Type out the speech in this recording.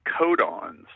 codons